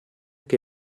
che